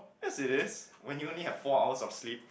yes it is when you only have four hours of sleep